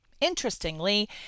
Interestingly